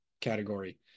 category